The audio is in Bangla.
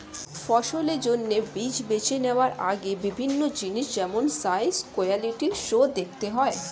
ফসলের জন্য বীজ বেছে নেওয়ার আগে বিভিন্ন জিনিস যেমন সাইজ, কোয়ালিটি সো দেখতে হয়